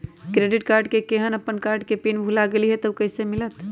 Credit card केहन अपन card के पिन भुला गेलि ह त उ कईसे मिलत?